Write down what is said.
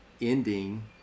ending